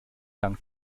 dank